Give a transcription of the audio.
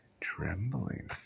Trembling